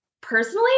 personally